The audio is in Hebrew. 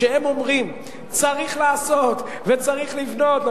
שאומרים: צריך לעשות וצריך לבנות.